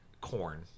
corn